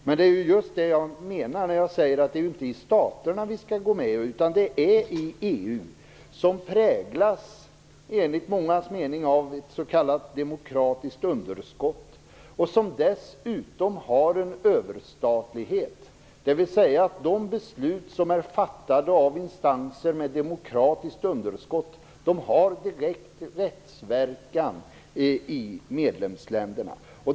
Men det är just detta jag menar när jag säger att det inte är i staterna som vi skall gå med utan i EU som, enligt mångas mening, präglas av ett s.k. demokratiskt underskott och som dessutom har en överstatlighet. Det innebär att de beslut som är fattade av instanser med demokratiskt underskott har direkt rättsverkan i medlemsstaterna.